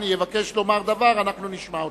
רבותי, אנחנו עוברים לסעיף